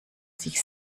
sich